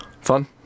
Fun